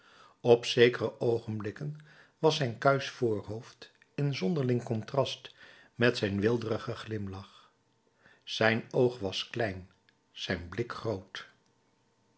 op zekere oogenblikken was zijn kuisch voorhoofd in zonderling contrast met zijn weelderigen glimlach zijn oog was klein zijn blik groot